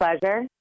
pleasure